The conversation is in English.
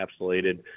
encapsulated